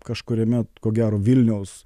kažkuriame ko gero vilniaus